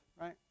right